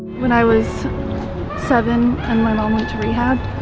when i was seven and my mom went to rehab